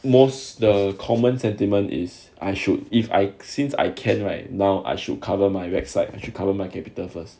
most the common sentiment is I should if I since I can't right now I should cover my back side I should cover my capital first